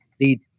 lead